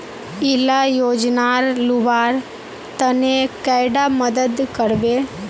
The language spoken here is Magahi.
इला योजनार लुबार तने कैडा मदद करबे?